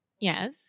Yes